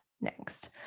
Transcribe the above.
next